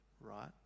right